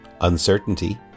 uncertainty